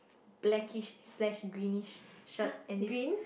blackish slash greenish shirt and this